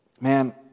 man